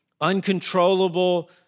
uncontrollable